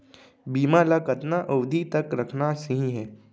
बीमा ल कतना अवधि तक रखना सही हे?